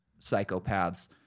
psychopaths